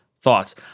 Thoughts